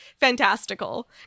fantastical